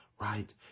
right